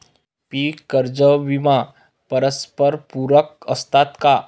पीक कर्ज व विमा परस्परपूरक असतात का?